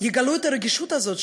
יגלו את הרגישות הזאת,